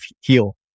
heal